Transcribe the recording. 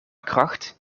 kracht